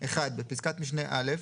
(1)בפסקת משנה (א),